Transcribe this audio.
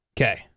Okay